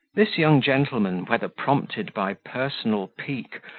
this young gentleman, whether prompted by personal pique,